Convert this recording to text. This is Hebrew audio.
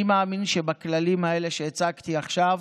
אני מאמין שבכללים האלה שהצגתי עכשיו,